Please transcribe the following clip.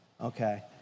Okay